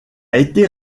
été